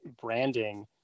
branding